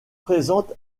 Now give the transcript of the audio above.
présente